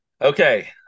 Okay